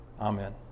Amen